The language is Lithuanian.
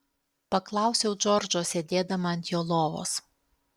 paklausiau džordžo sėdėdama ant jo lovos